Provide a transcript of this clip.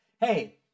hey